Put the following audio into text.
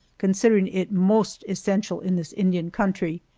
considering it most essential in this indian country,